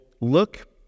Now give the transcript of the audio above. look